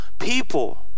people